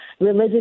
religious